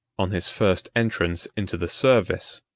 on his first entrance into the service,